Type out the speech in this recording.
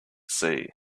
sea